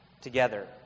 together